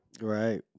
Right